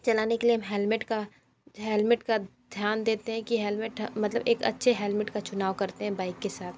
चलाने के लिए हम हेल्मेट का हेलमेट का ध्यान देते हैं कि हेल्मेट मतलब एक अच्छे हेल्मेट का चुनाव करते हैं बाइक के साथ